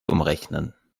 umrechnen